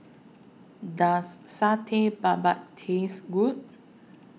Does Satay Babat tastes Good